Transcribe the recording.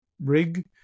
rig